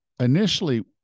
Initially